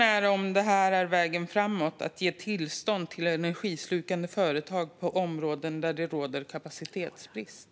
Är detta vägen framåt - att ge tillstånd till energislukande företag i områden där det råder kapacitetsbrist?